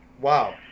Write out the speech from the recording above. Wow